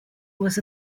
was